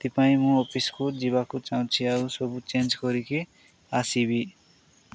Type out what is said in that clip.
ସେଥିପାଇଁ ମୁଁ ଅଫିସ୍କୁ ଯିବାକୁ ଚାହୁଁଛି ଆଉ ସବୁ ଚେଞ୍ଜ୍ କରିକି ଆସିବି